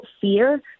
fear